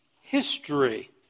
history